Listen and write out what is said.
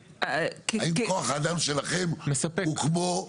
האם כוח האדם שלכם הוא כמו --- מספק?